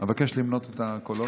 אבקש למנות את הקולות.